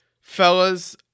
fellas